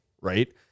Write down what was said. Right